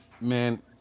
Man